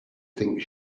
think